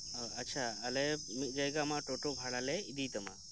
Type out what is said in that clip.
ᱟᱪᱷᱟ ᱟᱞᱮ ᱢᱤᱫᱡᱟᱭᱜᱟ ᱟᱢᱟᱜ ᱴᱚᱴᱚ ᱵᱷᱟᱲᱟᱞᱮ ᱤᱫᱤ ᱛᱟᱢᱟ